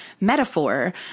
metaphor